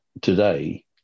today